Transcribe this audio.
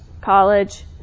College